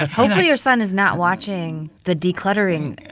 hopefully, your son is not watching the decluttering.